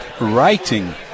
writing